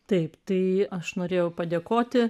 taip tai aš norėjau padėkoti